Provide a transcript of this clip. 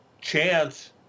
chance